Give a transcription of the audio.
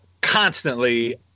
constantly